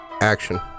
action